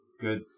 Good